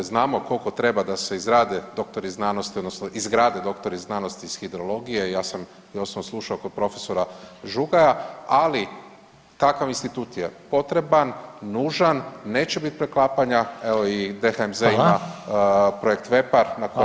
Znamo koliko treba da se izrade doktori znanosti odnosno izgrade doktori znanosti ih hidrologije, ja sam i osobno slušao kod prof. Žugaja, ali takav institut je potreban, nužan, neće bit preklapanja evo i DHMZ ima i projekt [[Upadica Reiner: Hvala lijepa.]] „Vepar“ na kojem